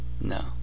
no